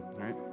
right